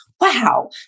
wow